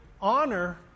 honor